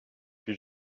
puis